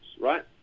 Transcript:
right